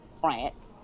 France